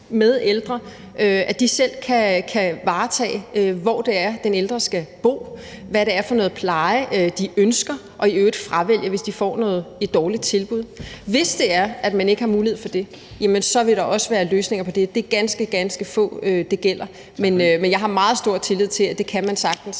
med ældre selv kan varetage, hvor det er, den ældre skal bo, hvad det er for noget pleje, de ønsker, og i øvrigt fravælge det, hvis de får et dårligt tilbud. Hvis det er, at man ikke har mulighed for det, så vil der også være løsninger på det. Det er ganske, ganske få, det gælder, men jeg har meget stor tillid til, at man sagtens